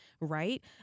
right